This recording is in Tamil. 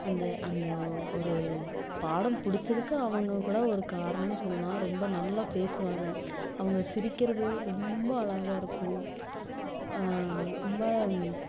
அந்த அந்த ஒரு பாடம் பிடிச்சதுக்கு அவங்க கூட ஒரு காரணன்னு சொல்லலாம் ரொம்ப நல்லா பேசுவாங்க அவங்க சிரிக்கிறது ரொம்ப அழகா இருக்கும் ரொம்ப